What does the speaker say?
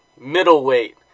middleweight